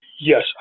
Yes